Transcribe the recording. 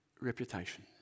reputation